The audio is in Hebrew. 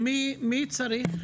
מי צריך?